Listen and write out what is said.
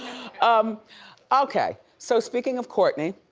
um okay. so speaking of kourtney,